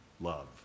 love